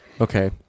okay